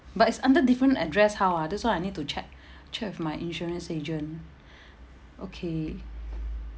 but it's under different address how ah that's why I need to check check with my insurance agent okay